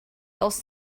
else